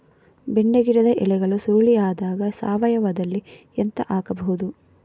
ಬೆಂಡೆ ಗಿಡದ ಎಲೆಗಳು ಸುರುಳಿ ಆದಾಗ ಸಾವಯವದಲ್ಲಿ ಎಂತ ಹಾಕಬಹುದು?